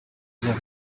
rya